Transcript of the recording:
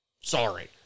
Sorry